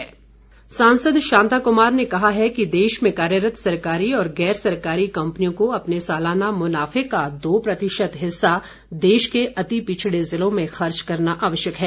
शांता कुमार सांसद शांता कुमार ने कहा है कि देश में कार्यरत सरकारी और गैर सरकारी कम्पनियों को अपने सालाना मुनाफे का दो प्रतिशत हिस्सा देश के अति पिछड़े जिलों में खर्च करना आवश्यक है